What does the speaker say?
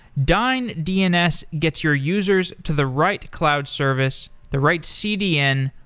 dyn dns gets your users to the right cloud service, the right cdn,